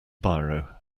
biro